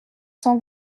cent